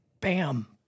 bam